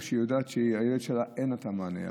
או שהיא יודעת שלילד שלה אין את המענה.